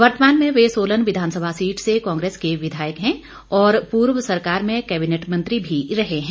वर्तमान में वे सोलन विधानसभा सीट से कांग्रेस के विधायक है और पूर्व सरकार में कैबिनेट मंत्री भी रहे है